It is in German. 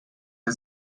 der